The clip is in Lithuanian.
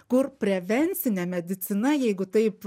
kur prevencine medicina jeigu taip